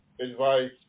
advice